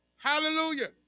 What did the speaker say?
Hallelujah